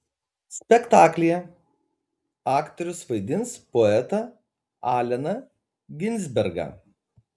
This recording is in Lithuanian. spektaklyje aktorius vaidins poetą alleną ginsbergą